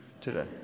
today